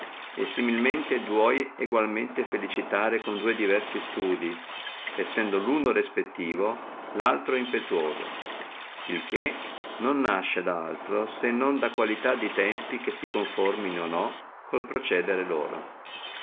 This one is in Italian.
e similmente dua egualmente felicitare con dua diversi studii sendo luno respettivo e laltro impetuoso il che non nasce da altro se non dalla qualità de tempi che si conformano o no col procedere loro